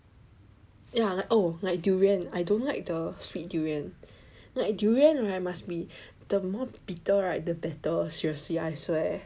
ya oh like durian I don't like the sweet durian like durian right must be the more bitter right the better seriously I swear